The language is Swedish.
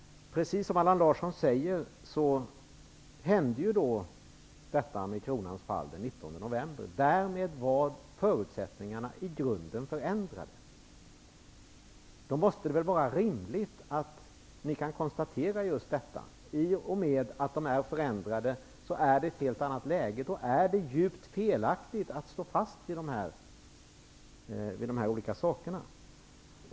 Precis som Allan Larsson säger, hände detta med kronans fall den 19 november, och därmed var förutsättningarna i grunden förändrade. Då måste det vara rimligt att ni kan konstatera just detta: i och med att förutsättningarna är förändrade är det ett helt annat läge, och då är det djupt felaktigt att stå fast vid uppgörelserna.